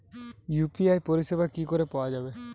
UPI পরিষেবা কি করে পাওয়া যাবে?